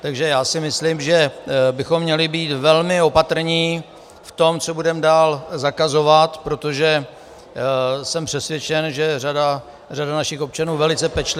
Takže já si myslím, že bychom měli být velmi opatrní v tom, co budeme dál zakazovat, protože jsem přesvědčen, že řada našich občanů velice pečlivě